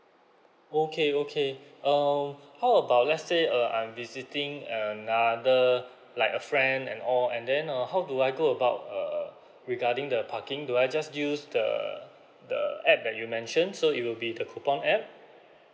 okay okay [ um how about let's say uh I'm visiting another like a friend and all and then uh how do I go about err regarding the parking do I just use the the app that you mentioned so it will be the coupon app